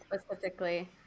specifically